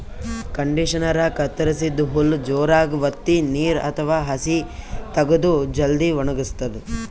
ಕಂಡಿಷನರಾ ಕತ್ತರಸಿದ್ದ್ ಹುಲ್ಲ್ ಜೋರಾಗ್ ವತ್ತಿ ನೀರ್ ಅಥವಾ ಹಸಿ ತಗದು ಜಲ್ದಿ ವಣಗಸ್ತದ್